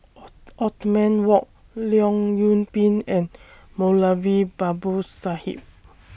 Othman Wok Leong Yoon Pin and Moulavi Babu Sahib